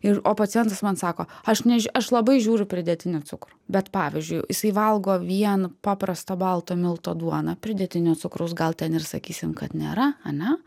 ir o pacientas man sako aš neži aš labai žiūriu pridėtinį cukrų bet pavyzdžiui jisai valgo vien paprasto balto milto duoną pridėtinio cukraus gal ten ir sakysim kad nėra ane